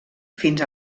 fins